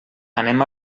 anem